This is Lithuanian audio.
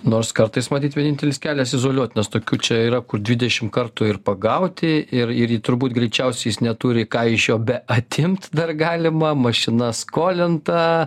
nors kartais matyt vienintelis kelias izoliuot nes tokių čia yra kur dvidešimt kartų ir pagauti ir ir turbūt greičiausiai jis neturi ką iš jo beatimt dar galima mašina skolinta